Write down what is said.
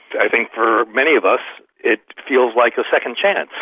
i think for many of us it feels like a second chance.